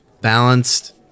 balanced